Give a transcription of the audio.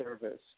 service